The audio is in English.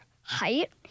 height